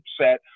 set